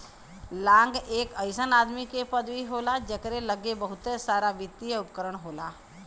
लांग एक अइसन आदमी के पदवी होला जकरे लग्गे बहुते सारावित्तिय उपकरण होला